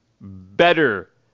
better